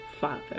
father